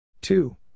two